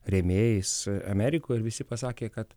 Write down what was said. rėmėjais amerikoje ir visi pasakė kad